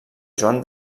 joan